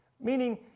Meaning